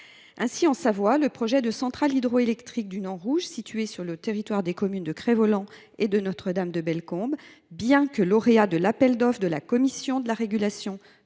Ainsi, en Savoie, le projet de centrale hydroélectrique du Nant Rouge, qui est situé sur le territoire des communes de Crest Voland et de Notre Dame de Bellecombe, bien que lauréat de l’appel d’offres de la Commission de régulation